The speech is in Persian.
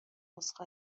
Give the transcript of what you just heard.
عذر